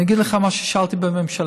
אגיד לך מה שאלתי בממשלה.